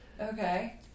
Okay